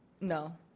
no